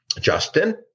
Justin